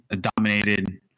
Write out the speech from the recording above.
dominated